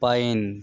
pine